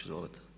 Izvolite.